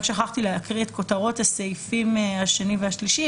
רק שכחתי להקריא את כותרות הסעיפים השני והשלישי,